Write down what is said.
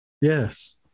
Yes